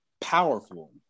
powerful